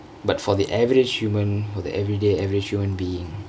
but for the average human for the everyday average human beingk